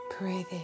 Breathing